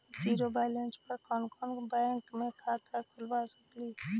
Zero balance पर कोन कोन बैंक में खाता खुल सकले हे?